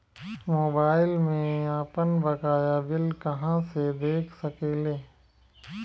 Mobile में आपनबकाया bill कहाँसे देख सकिले?